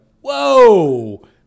whoa